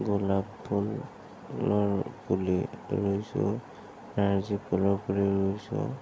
গোলাপ ফুল ফুলৰ পুলি ৰুইছোঁ নাৰ্জি ফুলৰ পুলি ৰুইছোঁ